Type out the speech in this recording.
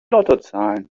lottozahlen